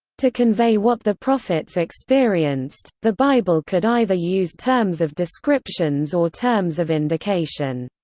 to convey what the prophets experienced, the bible could either use terms of descriptions or terms of indication.